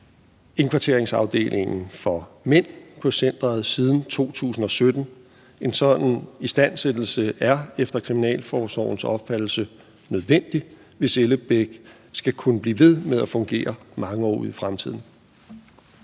indkvarteringsafdelingen for mænd på centeret siden 2017. En sådan istandsættelse er efter Kriminalforsorgens opfattelse nødvendig, hvis Ellebæk skal kunne blive ved med at fungere mange år ud i fremtiden.